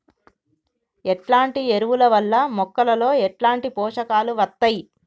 ఎట్లాంటి ఎరువుల వల్ల మొక్కలలో ఎట్లాంటి పోషకాలు వత్తయ్?